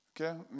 Okay